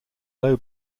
low